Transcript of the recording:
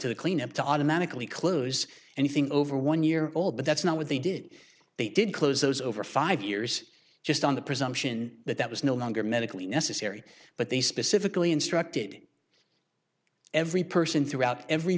to the clean up to automatically close anything over one year old but that's not what they did they did close those over five years just on the presumption that that was no longer medically necessary but they specifically instructed every person throughout every